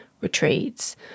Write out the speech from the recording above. retreats